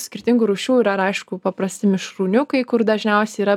skirtingų rūšių yra ir aišku paprasti mišrūniukai kur dažniausiai yra